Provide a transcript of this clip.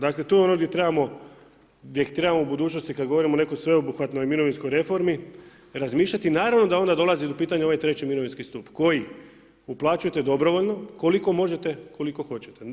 Dakle to je ono gdje trebamo u budućnosti kada govorimo o nekoj sveobuhvatnoj mirovinskoj reformi razmišljati i naravno da onda dolazi u pitanje ovaj treći mirovinski stup koji upaćujete dobrovoljno koliko možete, koliko hoćete.